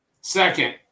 Second